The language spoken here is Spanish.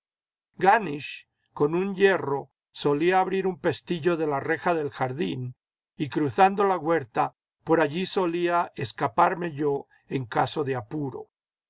ganisch con un hierro solía abrir un pestillo de la reja del jardín y cruzando la huerta por allí solía escaparme yo en caso de apuro